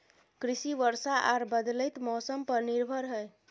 कृषि वर्षा आर बदलयत मौसम पर निर्भर हय